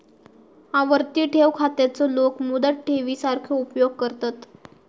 आवर्ती ठेव खात्याचो लोक मुदत ठेवी सारखो उपयोग करतत